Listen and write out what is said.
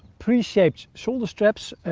preshaped shoulder straps,